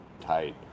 tight